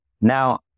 now